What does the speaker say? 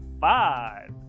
five